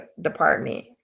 department